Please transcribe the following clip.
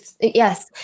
Yes